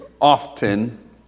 often